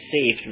saved